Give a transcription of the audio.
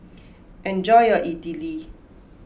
enjoy your Idili